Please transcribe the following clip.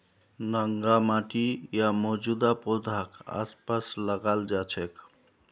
नंगा माटी या मौजूदा पौधाक आसपास लगाल जा छेक